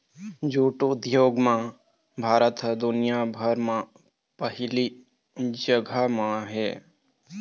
jute उद्योग म भारत ह दुनिया भर म पहिली जघा म हे